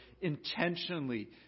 intentionally